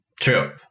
True